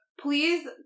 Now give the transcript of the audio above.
Please